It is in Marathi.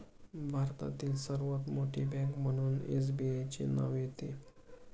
भारतातील सर्वात मोठी बँक म्हणून एसबीआयचे नाव येते